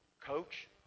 coach